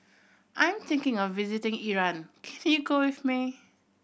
I'm thinking of visiting Iran can you go with me